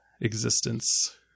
existence